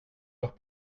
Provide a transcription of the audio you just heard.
leurs